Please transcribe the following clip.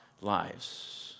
lives